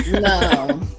no